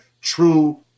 true